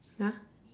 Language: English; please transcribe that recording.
ya